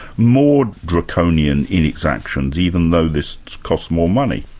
more draconian in its actions, even though this costs more money?